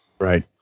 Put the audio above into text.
Right